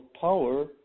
power